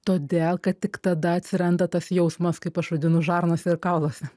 todėl kad tik tada atsiranda tas jausmas kaip aš vadinu žarnose ir kauluose